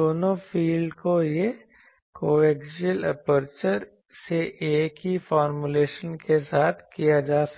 दोनों फील्ड को सह अक्षीय एपर्चर से एक ही फॉर्मूलेशन के साथ किया जा सकता है